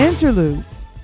Interludes